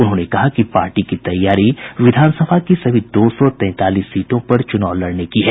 उन्होंने कहा कि पार्टी की तैयारी विधानसभा की सभी दो सौ तैंतालीस सीटों पर चुनाव लड़ने की है